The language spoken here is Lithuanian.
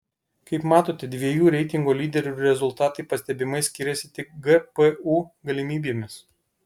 kaip matote dviejų reitingo lyderių rezultatai pastebimai skiriasi tik gpu galimybėmis